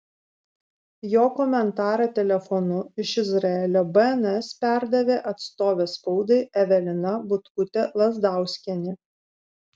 jo komentarą telefonu iš izraelio bns perdavė atstovė spaudai evelina butkutė lazdauskienė